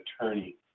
attorney